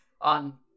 on